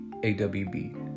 AWB